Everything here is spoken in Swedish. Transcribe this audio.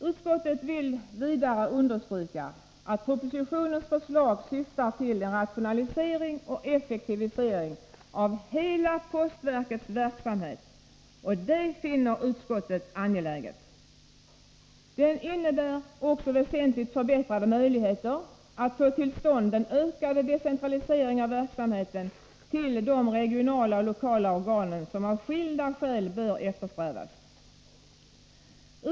Utskottet vill vidare understryka att propositionens förslag syftar till en rationalisering och effektivisering av hela postverkets verksamhet, och det finner utskottet angeläget. Den innebär också väsentligt förbättrade möjligheter att få till stånd den ökade decentralisering av verksamheten till de regionala och lokala organen som av skilda skäl bör eftersträvas.